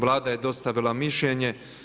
Vlada je dostavila mišljenje.